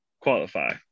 qualify